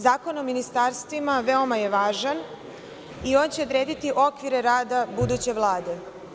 Zakon o ministarstvima je veoma važan i on će odrediti okvire rada buduće Vlade.